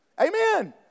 Amen